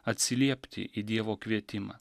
atsiliepti į dievo kvietimą